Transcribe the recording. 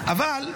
אני